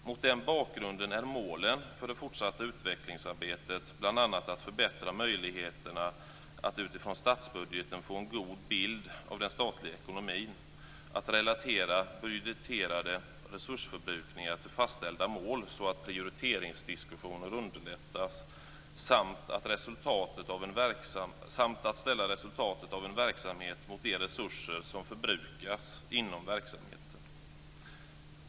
Mot den bakgrunden är målen för det fortsatta utvecklingsarbetet bl.a. att förbättra möjligheterna att utifrån statsbudgeten få en god bild av den statliga ekonomin, att relatera den budgeterade resursförbrukningen till fastställda mål så att prioriteringsdiskussioner underlättas samt att ställa resultatet av en verksamhet mot de resurser som förbrukats inom verksamheten.